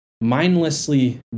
mindlessly